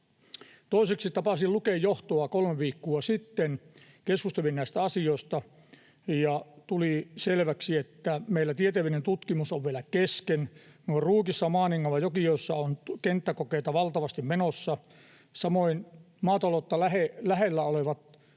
Toiseksi tapasin Luken johtoa kolme viikkoa sitten. Keskustelin näistä asioista, ja tuli selväksi, että meillä tieteellinen tutkimus on vielä kesken. Meillä Ruukissa, Maaningalla ja Jokioisissa on kenttäkokeita valtavasti menossa. Samoin maataloutta lähellä olevat,